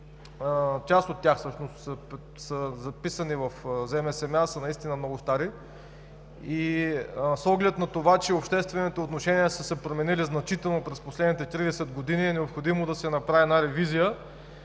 които са записани в ЗМСМА, са наистина много стари. С оглед на това, че обществените отношения са се променили значително през последните 30 години, е необходимо да се направи ревизия